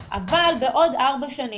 בעוד ארבע שנים,